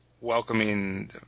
welcoming